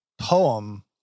poem